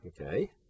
Okay